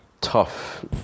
tough